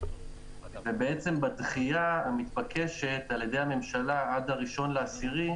ובעצם בדחייה המתבקשת על ידי הממשלה עד הראשון באוקטובר,